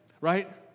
right